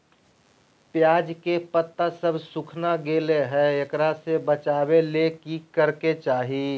प्याज के पत्ता सब सुखना गेलै हैं, एकरा से बचाबे ले की करेके चाही?